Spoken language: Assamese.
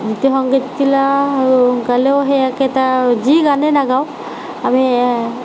জ্যোতি সংগীত গিলা গালেও সেই একেটা যি গানে নাগাওঁ আমি